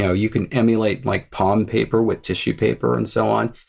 so you can emulate like palm paper with tissue paper and so on.